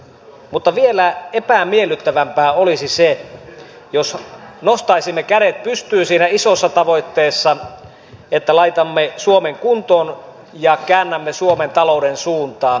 mutta vielä epämiellyttävämpää olisi se jos nostaisimme kädet pystyyn siinä isossa tavoitteessa että laitamme suomen kuntoon ja käännämme suomen talouden suuntaa